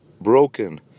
Broken